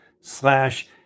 slash